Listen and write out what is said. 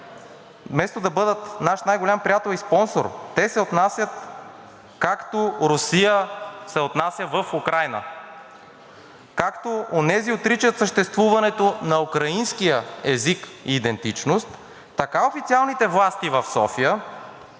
„Вместо да бъдат наш най-голям приятел и спонсор, те се отнасят както Русия се отнася в Украйна. Както онези отричат съществуването на украинския език и идентичност, така официалните власти в София